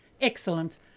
excellent